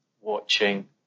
watching